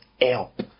help